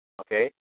Okay